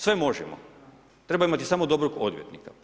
Sve možemo, treba imati samo dobrog odvjetnika.